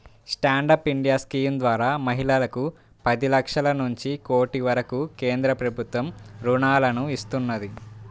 stand up India scheme ద్వారా మహిళలకు పది లక్షల నుంచి కోటి వరకు కేంద్ర ప్రభుత్వం రుణాలను ఇస్తున్నది